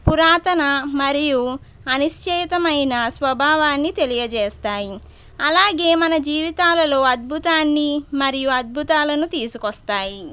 పురాతన మరియు అనిశ్చయమైన స్వభావాన్ని తెలియచేస్తాయి అలాగే మన జీవితాలలో అద్భుతాన్ని మరియు అద్భుతాలను తీసుకొస్తాయి